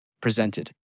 presented